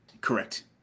Correct